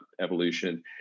evolution